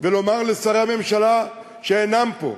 ולומר לשרי הממשלה, שאינם פה,